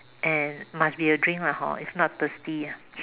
and must be a drink lah hor if not thirsty ah